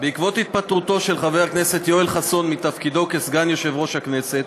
בעקבות התפטרותו של חבר הכנסת יואל חסון מתפקידו כסגן יושב-ראש הכנסת,